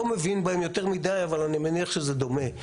מבין בהם יותר מידי אבל אני מניח שזה דומה.